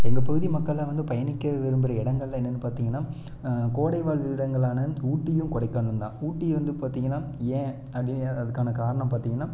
எங்கள் பகுதி மக்கள்லாம் வந்து பயணிக்க விரும்புற எடங்கள் என்னென்னு பார்த்திங்கன்னா கோடை வாழ் இடங்களான ஊட்டியும் கொடைகானலும் தான் ஊட்டி வந்து பார்த்திங்கன்னா ஏன் அது அதற்காக காரணம் பார்த்திங்கன்னா